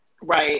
Right